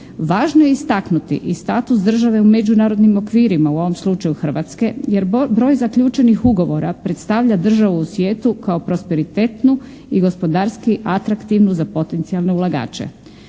Važno je istaknuti i status države u međunarodnim okvirima, u ovom slučaju Hrvatske, jer broj zaključenih ugovora predstavlja državu u svijetu kao prosperitetnu i gospodarski atraktivnu za potencijalne ulagače.